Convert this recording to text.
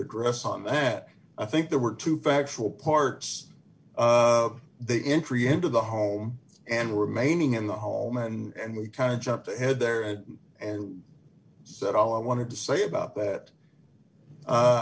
address on that i think there were two factual parts of the entry into the home and remaining in the home and we kind of jumped ahead there and said all i wanted to say about that